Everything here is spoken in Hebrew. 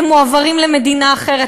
הם מועברים למדינה אחרת,